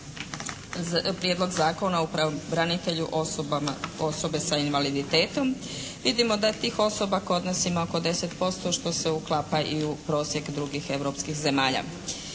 Prijedlog zakona o pravobranitelju osobama s invaliditetom. Vidimo da je tih osoba kod nas ima oko 10% što se uklapa i u prosjek drugih europskih zemalja.